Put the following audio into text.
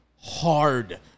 hard